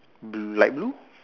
bl~ light blue